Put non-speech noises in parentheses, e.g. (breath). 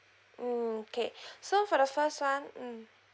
mm K (breath) so for the first one mm